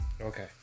Okay